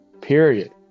period